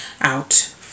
out